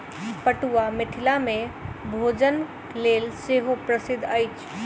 पटुआ मिथिला मे भोजनक लेल सेहो प्रसिद्ध अछि